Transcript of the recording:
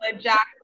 Jack